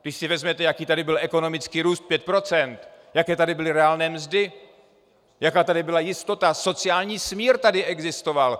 Když si vezmete, jaký tady byl ekonomický růst, 5 %, jaké tady byly reálné mzdy, jaká tady byla jistota, sociální smír tady existoval.